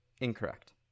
incorrect